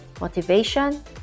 motivation